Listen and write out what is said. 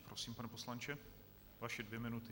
Prosím, pane poslanče, vaše dvě minuty.